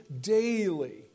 daily